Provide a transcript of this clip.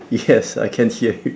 yes I can hear you